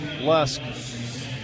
Lusk